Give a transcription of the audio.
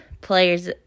Players